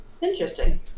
Interesting